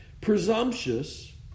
Presumptuous